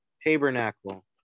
Tabernacle